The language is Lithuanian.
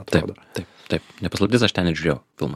taip taip taip ne paslaptis aš ten ir žiūrėjau filmą